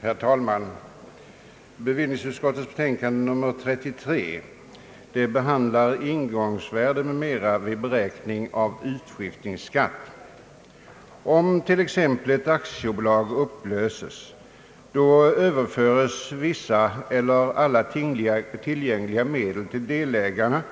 Herr talman! Bevillningsutskottets betänkande nr 3 behandlar ingångsvärde m. m, vid beräkning av utskiftningsskatt. Om t.ex. ett aktiebolag upplöses, överföres vissa eller alla tillgängliga medel till delägarna,